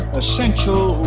essential